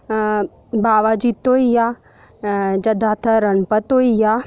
बावा जित्तो होई गेआ जां दाता रणपत होई गेआ